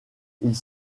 ils